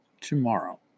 tomorrow